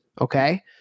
Okay